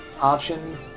option